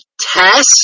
test